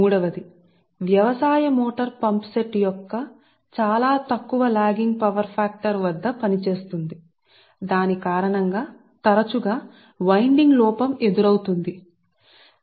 మూడవది వ్యవసాయం motor pump set యొక్క చాలా తక్కువ వెనుకబడి ఉన్న పవర్ ఫాక్టర్ వ్యవసాయ మోటారు పంప్ సెట్ అవి చాలా తక్కువ పవర్ ఫాక్టర్ లో పనిచేస్తాయి నేను చాలా పేలవంగా ఉన్నాను మరియు దాని కారణంగా కొన్నిసార్లు వ్యవసాయ మోటారు పంప్ సెట్ లు లోపం వలన తరచుగా పని జరుగుతుందని మీరు కనుగొంటారు